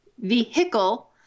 vehicle